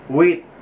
wait